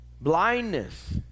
blindness